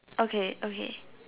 okay okay